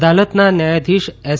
અદાલતના ન્યાયાધીશ એસ